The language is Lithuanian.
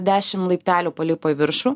dešim laiptelių palipo į viršų